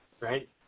right